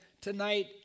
tonight